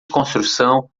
construção